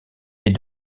est